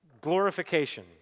Glorification